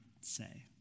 say